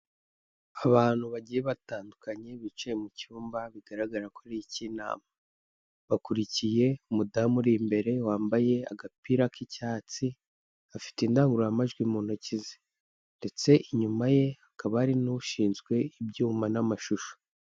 Abantu bagiye batandukanye bicaye mu cyumba bigaragara ko ari icy'inama, bakurikiye umudamu uri imbere wambaye agapira k'icyatsi, afite indangururamajwi mu ntoki ze ndetse inyuma ye hakaba hari n'ushinzwe ibyuma n'amashusho.